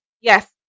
yes